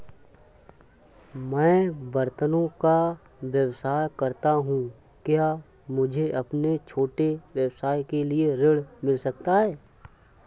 मैं बर्तनों का व्यवसाय करता हूँ क्या मुझे अपने छोटे व्यवसाय के लिए ऋण मिल सकता है?